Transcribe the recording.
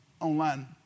online